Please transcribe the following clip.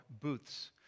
Booths